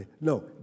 No